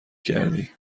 کردی